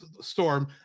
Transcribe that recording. storm